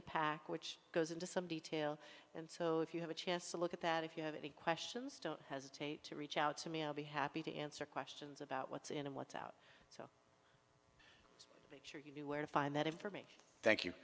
the pac which goes into some detail and so if you have a chance to look at that if you have any questions don't hesitate to reach out to me i'll be happy to answer questions about what's in and what's out to show you where to find that it for me thank you